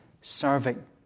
serving